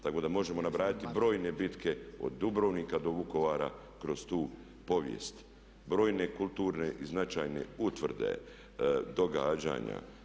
Tako da možemo nabrajati brojne bitke od Dubrovnika do Vukovara kroz tu povijest, brojne kulturne i značajne utvrde, događanja.